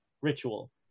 ritual